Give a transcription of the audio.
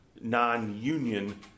non-union